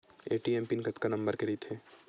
ATM PIN कतका number के रही थे?